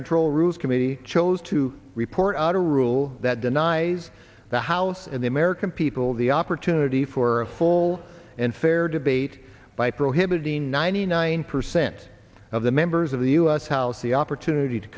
control rules committee chose to report a rule that denies the house and the american people the opportunity for a full and fair debate by prohibiting ninety nine percent of the members of the u s house the opportunity to